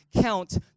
count